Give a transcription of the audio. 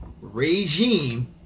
Regime